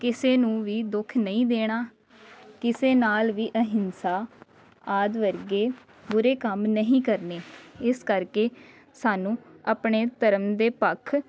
ਕਿਸੇ ਨੂੰ ਵੀ ਦੁੱਖ ਨਹੀਂ ਦੇਣਾ ਕਿਸੇ ਨਾਲ ਵੀ ਅਹਿੰਸਾ ਆਦਿ ਵਰਗੇ ਬੁਰੇ ਕੰਮ ਨਹੀਂ ਕਰਨੇ ਇਸ ਕਰਕੇ ਸਾਨੂੰ ਆਪਣੇ ਧਰਮ ਦੇ ਪੱਖ